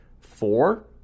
four